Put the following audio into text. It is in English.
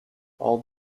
all